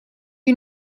you